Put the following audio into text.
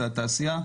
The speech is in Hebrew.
והתעשייה,